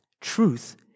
Truth